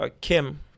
Kim